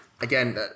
again